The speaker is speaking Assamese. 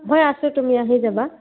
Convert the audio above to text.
মই আছোঁ তুমি আহি যাবা